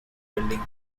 welding